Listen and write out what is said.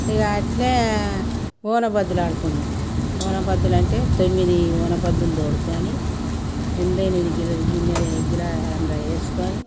ఇక అలానే ఓన బద్దులు ఆడుకున్నాము ఓన బద్దులంటే తొమ్మిది ఓన బద్దులు తోడుకోని ఎనిమిది గిలే గిన్నెల ఎగ్గిలా అందులో వేసుకుని